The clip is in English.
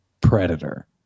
predator